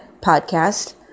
podcast